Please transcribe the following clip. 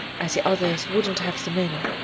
as the others wouldn't have them in.